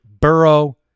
Burrow